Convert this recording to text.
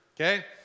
okay